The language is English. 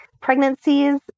Pregnancies